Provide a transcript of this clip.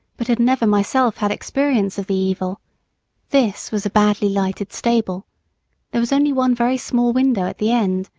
but had never myself had experience of the evil this was a badly-lighted stable there was only one very small window at the end,